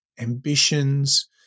ambitions